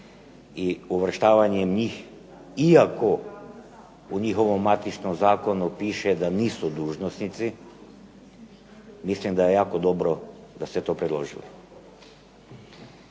I uvrštavanjem njih iako u njihovom matičnom zakonu piše da nisu dužnosnici mislim da jako dobro da ste to predložili.